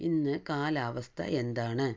ഇന്ന് കാലാവസ്ഥ എന്താണ്